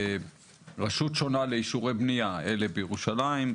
שיש רשות שונה לאישורי בנייה לאלה שבירושלים,